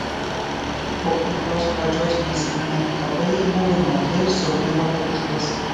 po puikios pradžios nesėkmė ftb jai buvo nauja ir siaubinga patirtis